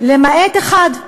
למעט אחד.